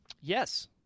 Yes